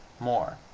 more,